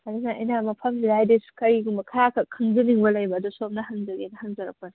ꯑꯗꯨꯒ ꯑꯩꯅ ꯃꯐꯝꯁꯤꯗ ꯍꯥꯏꯗꯤ ꯀꯔꯤꯒꯨꯝꯕ ꯈꯔ ꯈꯛ ꯈꯪꯖꯅꯤꯡꯕ ꯂꯩꯕ ꯑꯗꯣ ꯁꯣꯝꯗ ꯍꯪꯖꯒꯦꯅ ꯍꯪꯖꯔꯛꯄꯅꯤ